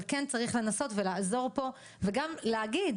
אבל כן צריך לנסות ולעזור פה וגם להגיד,